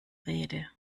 rede